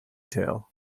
tail